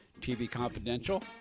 tvconfidential